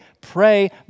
pray